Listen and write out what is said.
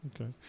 Okay